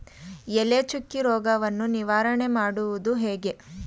ಎಲೆ ಚುಕ್ಕಿ ರೋಗವನ್ನು ನಿವಾರಣೆ ಮಾಡುವುದು ಹೇಗೆ?